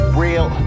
real